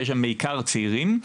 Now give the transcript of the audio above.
שיש בהם בעיקר צעירים.